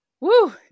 woo